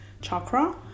chakra